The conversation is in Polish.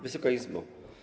Wysoka Izbo!